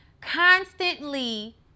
constantly